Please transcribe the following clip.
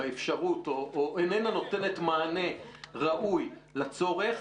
באפשרות או איננה נותנת מענה ראוי לצורך,